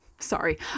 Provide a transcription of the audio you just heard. Sorry